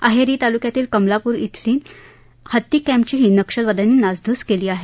अहेरी तालुक्यातील कमलापूर येथील हत्ती कॅम्पचीही नक्षलवाद्यांनी नासध्स केली आहे